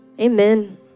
amen